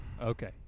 Okay